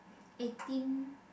eighteen